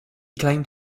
claimed